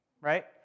right